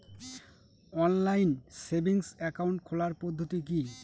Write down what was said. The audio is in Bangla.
অনলাইন সেভিংস একাউন্ট খোলার পদ্ধতি কি?